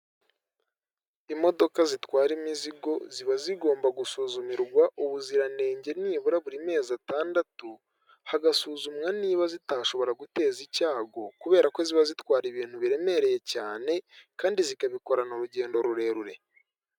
Imodoka zitwara imizigo ziba zigomba gusuzumirwa ubuziranenge nibura buri mezi atandatu, hagasuzumwa niba zitashobora guteza icyago, kubera ko ziba zitwara ibintu biremereye cyane, kandi zikabikorana urugendo rurerure.